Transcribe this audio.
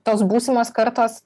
tos būsimos kartos